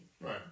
Right